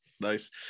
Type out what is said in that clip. nice